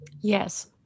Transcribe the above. Yes